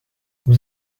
vous